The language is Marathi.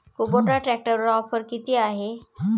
कुबोटा ट्रॅक्टरवर ऑफर किती आहे?